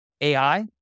AI